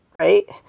right